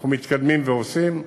ואנחנו מתקדמים ועושים.